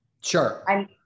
Sure